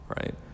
right